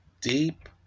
deep